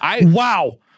Wow